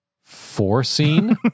foreseen